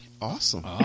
Awesome